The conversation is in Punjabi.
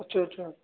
ਅੱਛਾ ਅੱਛਾ